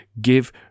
Give